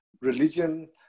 religion